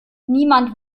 niemand